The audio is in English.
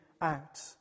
out